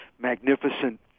magnificent